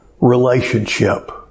relationship